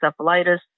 encephalitis